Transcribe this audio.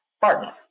pardon